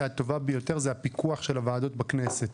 הטובה ביותר זה הפיקוח של הוועדות בכנסת.